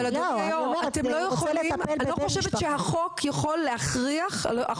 לא, אני אומר אם הוא רוצה לטפל בבן משפחה.